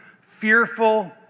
fearful